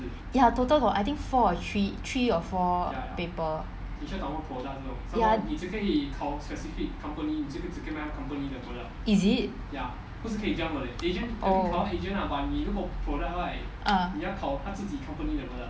ya total got I think four three three or four paper ya is it oh ah